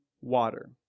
water